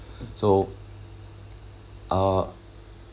so uh